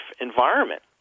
environment